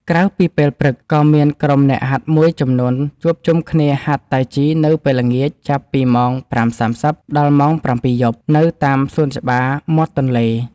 ក្រៅពីពេលព្រឹក ក៏មានក្រុមអ្នកហាត់មួយចំនួនជួបជុំគ្នាហាត់តៃជីនៅពេលល្ងាច ចាប់ពីម៉ោង ៥:៣០ ដល់ម៉ោង ៧:០០ យប់ នៅតាមសួនច្បារមាត់ទន្លេ។